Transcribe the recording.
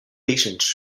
patients